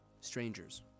Strangers